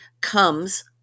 comes